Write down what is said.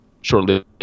shortly